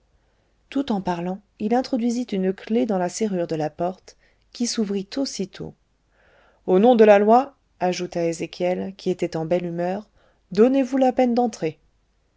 tout en parlant il introduisit une clef dans la serrure de la porte qui s'ouvrit aussitôt au nom de la loi ajouta ézéchiel qui était en belle humeur donnez-vous la peine d'entrer